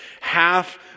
half